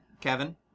Kevin